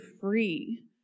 free